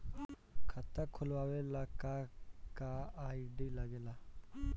खाता खोलवावे ला का का आई.डी लागेला?